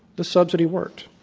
the subsidy worked.